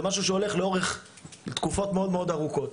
זה משהו שהולך לאורך תקופות מאוד ארוכות.